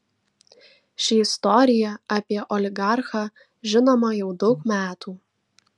ši istorija apie oligarchą žinoma jau daug metų